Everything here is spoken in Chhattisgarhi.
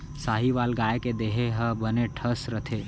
साहीवाल गाय के देहे ह बने ठस रथे